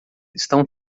estão